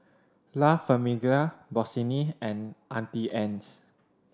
La Famiglia Bossini and Auntie Anne's